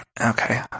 okay